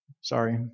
Sorry